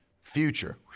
future